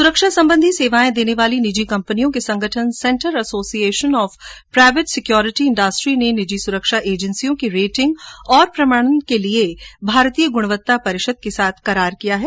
सुरक्षा संबंधी सेवायें देने वाले निजी कंपनियों के संगठन centre association of private security industry ने निजी सुरक्षा एजेन्सियों की रेटिंग और प्रमाणन के लिये भारतीय गुणवत्ता परिषद के साथ करार किया हैं